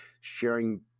sharing